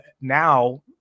now